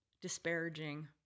disparaging